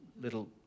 little